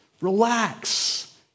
Relax